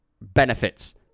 benefits